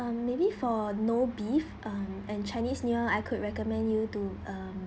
um maybe for no beef um and chinese new year I could recommend you to uh